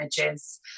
images